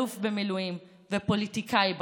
אלוף במילואים ופוליטיקאי בכיר.